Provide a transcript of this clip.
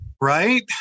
Right